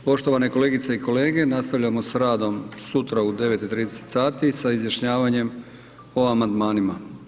Poštovane kolegice i kolege, nastavljamo s radom sutra u 9,30 sati sa izjašnjavanjem o amandmanima.